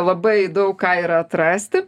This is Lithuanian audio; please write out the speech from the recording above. labai daug ką yra atrasti